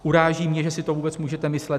Uráží mě, že si to vůbec můžete myslet.